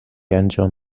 انجام